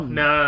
no